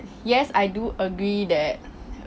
yes I do agree that